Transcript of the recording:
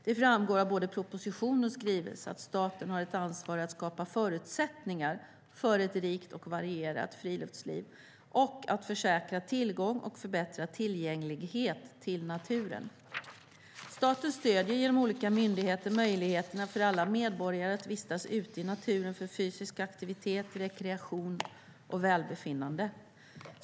Det framgår av både proposition och skrivelse att staten har ett ansvar att skapa förutsättningar för ett rikt och varierat friluftsliv och att försäkra tillgång och förbättra tillgänglighet till naturen. Staten stöder genom olika myndigheter möjligheterna för alla medborgare att vistas ute i naturen för fysisk aktivitet, rekreation och välbefinnande.